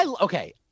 okay